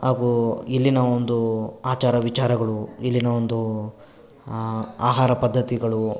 ಹಾಗೂ ಇಲ್ಲಿನ ಒಂದು ಅಚಾರ ವಿಚಾರಗಳು ಇಲ್ಲಿನ ಒಂದು ಆಹಾರ ಪದ್ಧತಿಗಳು